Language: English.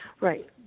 Right